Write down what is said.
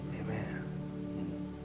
Amen